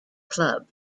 club